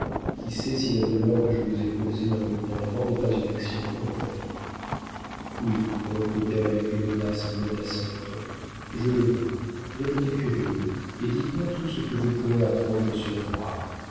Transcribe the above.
qui sait si la douleur que je vous ai causée involontairement n'est pas une action volontaire oui reprit-elle avec une audace menaçante je le veux devenez curieux et dites-moi tout ce que vous pourrez apprendre sur moi